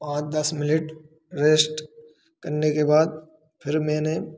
पाँच दस minute rest करने के बाद फिर मैंने